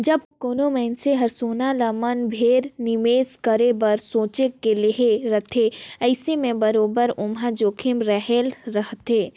जब कोनो मइनसे हर सोना ल मन भेर निवेस करे बर सोंएच के लेहे रहथे अइसे में बरोबेर ओम्हां जोखिम रहले रहथे